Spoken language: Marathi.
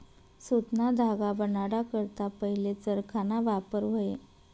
सुतना धागा बनाडा करता पहिले चरखाना वापर व्हये